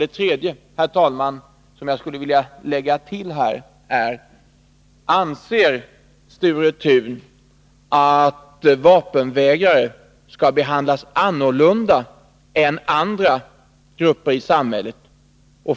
En tredje fråga är: Anser Sture Thun att vapenvägrare skall behandlas annorlunda än andra grupper i samhället?